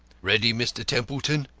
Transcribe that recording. ready, mr. templeton?